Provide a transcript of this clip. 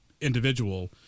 individual